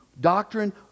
Doctrine